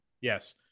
Yes